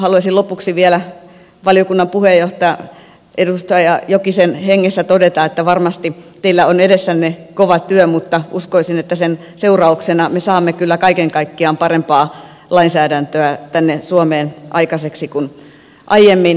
haluaisin lopuksi vielä valiokunnan puheenjohtajan edustaja jokisen hengessä todeta että varmasti teillä on edessänne kova työ mutta uskoisin että sen seurauksena me saamme kyllä kaiken kaikkiaan parempaa lainsäädäntöä suomeen aikaiseksi kuin aiemmin